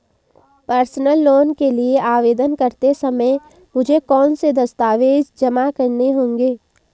Personal loan के लिए आवेदन करते समय मुझे कौन से दस्तावेज़ जमा करने होंगे?